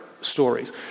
stories